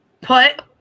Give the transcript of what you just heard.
Put